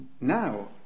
now